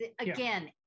Again